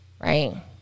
Right